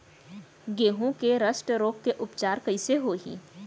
गेहूँ के रस्ट रोग के उपचार कइसे होही?